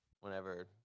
whenever